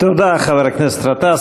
תודה, חבר הכנסת גטאס.